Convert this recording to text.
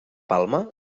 palma